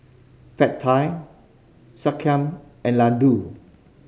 Pad Thai Sekihan and Ladoo